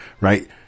right